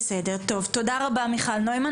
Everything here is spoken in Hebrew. תודה רבה, מיכל נוימן.